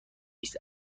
است